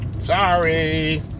sorry